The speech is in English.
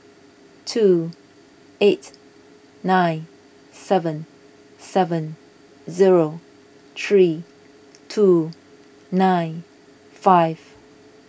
two eight nine seven seven zero three two nine five